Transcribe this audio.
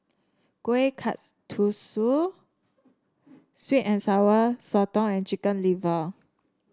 Kueh Kasturi sweet and Sour Sotong and Chicken Liver